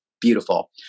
beautiful